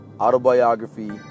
Autobiography